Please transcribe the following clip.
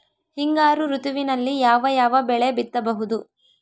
ಹಿಂಗಾರು ಋತುವಿನಲ್ಲಿ ಯಾವ ಯಾವ ಬೆಳೆ ಬಿತ್ತಬಹುದು?